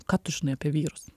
ką tu žinai apie vyrus